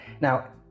Now